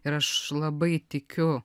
ir aš labai tikiu